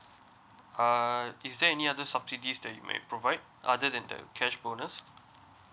uh is there any other subsidies that you may provide other than the cash bonus